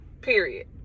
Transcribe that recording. Period